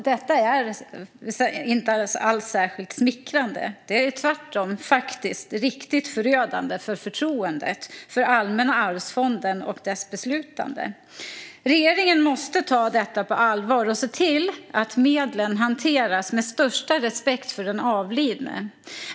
Detta är inte alls särskilt smickrande. Det är tvärtom riktigt förödande för förtroendet för Allmänna arvsfonden och dess beslutande. Regeringen måste ta detta på allvar och se till att medlen hanteras med största respekt för den avlidne.